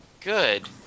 good